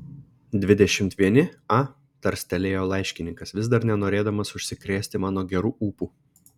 dvidešimt vieni a tarstelėjo laiškininkas vis dar nenorėdamas užsikrėsti mano geru ūpu